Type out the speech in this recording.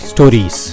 Stories